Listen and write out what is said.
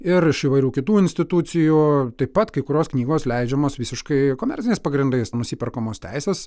ir iš įvairių kitų institucijų taip pat kai kurios knygos leidžiamos visiškai komerciniais pagrindais nusiperkamos teisės